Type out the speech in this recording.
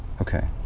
Okay